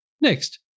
Next